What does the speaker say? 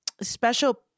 special